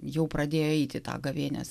jau pradėjo eiti į tą gavėnios